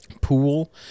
pool